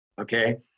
okay